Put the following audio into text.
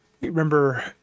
remember